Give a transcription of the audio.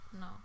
No